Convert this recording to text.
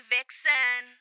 Vixen